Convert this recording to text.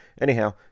anyhow